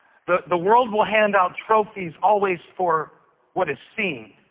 the the world will hand out trophies always for what is seen,